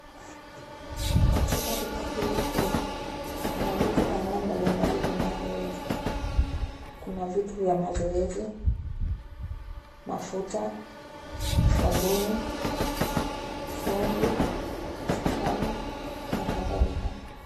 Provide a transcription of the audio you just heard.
Katika duka hili kuu, kuna vitu aina mbalimbali vinavyouzwa. Kuna vitu vya mazoezi , mafuta, sabuni, chumvi, sukari na kadhalika.